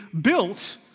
built